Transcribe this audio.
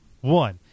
one